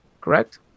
correct